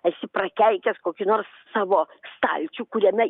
esi prakeikęs kokį nors savo stalčių kuriame